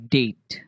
date